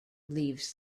leaves